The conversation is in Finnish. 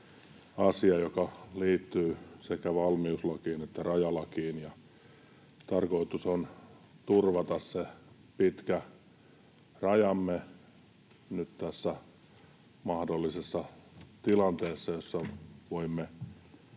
joka liittyy sekä valmiuslakiin että rajalakiin, ja tarkoitus on nyt turvata se pitkä rajamme tässä mahdollisessa tilanteessa, jossa voimme